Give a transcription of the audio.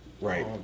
right